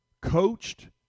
coached